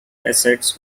assets